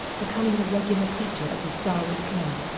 becoming a regular feature at the starwood club.